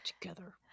together